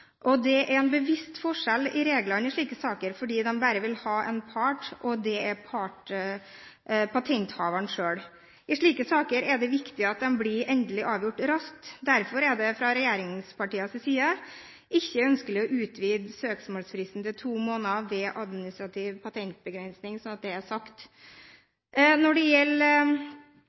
og det er patenthaveren selv. I slike saker er det viktig at sakene blir endelig avgjort raskt. Derfor er det fra regjeringspartienes side ikke ønskelig å utvide søksmålsfristen til to måneder ved administrativ patentbegrensning – slik at det er sagt. Når det gjelder